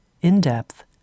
in-depth